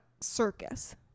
circus